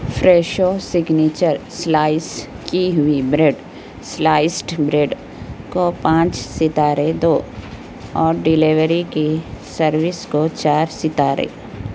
Fresho signature slice کی ہوئی bread sliced bread کو پانچ ستارے دو اور ڈیلیوری کی سروس کو چار ستارے